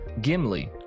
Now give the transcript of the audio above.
Gimli